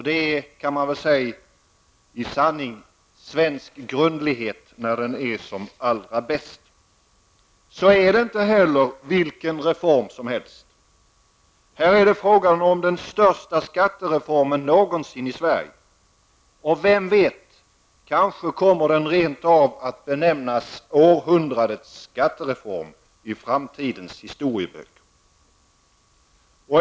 Detta -- kan man väl säga -- är i sanning svensk grundlighet när den är allra bäst. Men det är heller inte vilken reform som helst. Här är det fråga om den största skattereformen någonsin i Sverige. Och vem vet -- kanske benämns den rent av som århundrades skattereform i framtidens historieböcker.